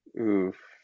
Oof